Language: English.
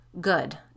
Good